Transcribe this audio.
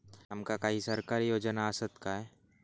आमका काही सरकारी योजना आसत काय?